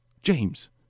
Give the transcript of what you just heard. James